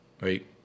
Right